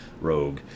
rogue